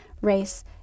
race